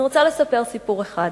אני רוצה לספר סיפור אחד,